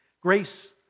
Grace